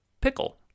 pickle